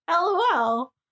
Lol